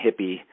hippie